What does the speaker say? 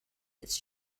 its